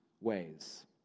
ways